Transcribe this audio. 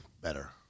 better